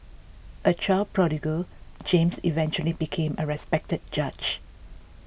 a child prodigy James eventually became a respected judge